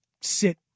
sit